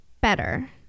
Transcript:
better